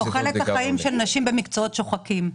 תוחלת החיים של נשים במקצועות שוחקים.